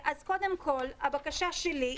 אז קודם כל הבקשה שלי,